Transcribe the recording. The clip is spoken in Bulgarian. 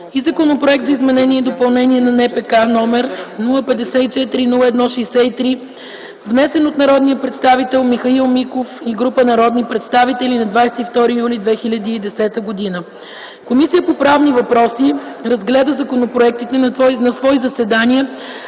и Законопроект за изменение и допълнение на НПК, № 054-01-63, внесен от народния представител Михаил Миков и група народни представители на 22 юли 2010 г. Комисията по правни въпроси разгледа законопроектите на свои заседания,